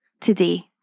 today